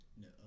No